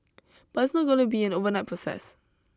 but it's not going to be an overnight process